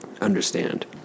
Understand